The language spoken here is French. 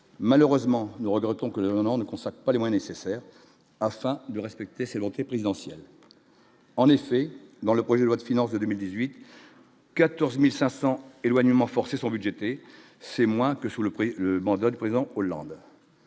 malheureusement, nous regrettons que on on ne constate pas les moins nécessaires afin de respecter ses présidentielle en effet dans le projet de loi de finances 2018, 14500 éloignements forcés sont budgétés, c'est moins que sous le prix, le mandat du président Hollande.